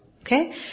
Okay